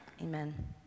Amen